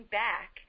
back